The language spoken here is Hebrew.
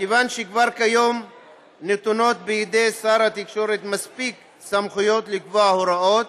כיוון שכבר כיום נתונות בידי שר התקשורת מספיק סמכויות לקבוע הוראות,